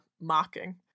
mocking